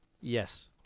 Yes